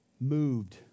moved